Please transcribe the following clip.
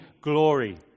glory